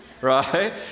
right